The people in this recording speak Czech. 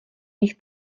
nich